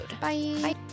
Bye